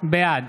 בעד